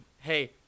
hey